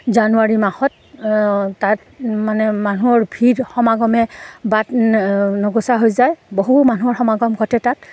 জানুৱাৰী মাহত তাত মানে মানুহৰ ভিৰ সমাগমে বাট নগোচা হৈ যায় বহু মানুহৰ সমাগম ঘটে তাত